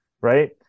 right